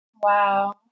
Wow